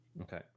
Okay